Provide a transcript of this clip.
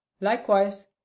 likewise